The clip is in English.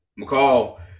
McCall